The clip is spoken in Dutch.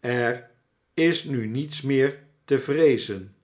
er is nu niets meer te vreezen